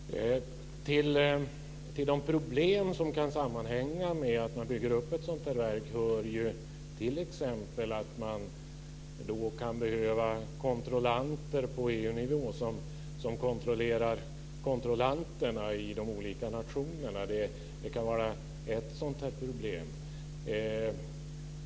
Fru talman! Till de problem som kan sammanhänga med att man bygger upp ett sådant verk hör exempelvis att man kan behöva kontrollanter på EU nivå som kontrollerar kontrollanterna i de olika nationerna. Det kan vara ett problem.